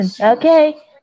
Okay